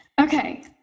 Okay